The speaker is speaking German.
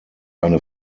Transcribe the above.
eine